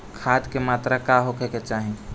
खाध के मात्रा का होखे के चाही?